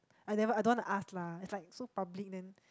I never I don't want to ask lah is like so public then